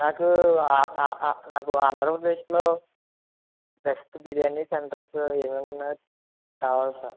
నాకు ఆ ఆ ఆ నాకు ఆంధ్రప్రదేశ్ లో బెస్ట్ బిర్యానీ సెంటర్స్ ఏమి ఏమి ఉన్నాయో కావాలి సార్